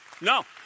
No